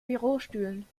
bürostühlen